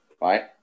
right